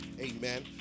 Amen